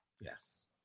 Yes